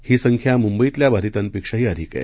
ही संख्या मुंबईतल्या बाधितांपेक्षाही अधिक आहे